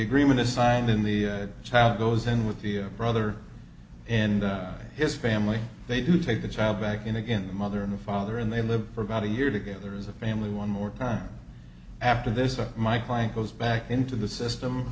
agreement is signed in the child goes in with the brother and his family they do take the child back in again the mother and the father and they live for about a year together as a family one more time after this or my client goes back into the system